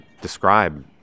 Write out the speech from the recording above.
describe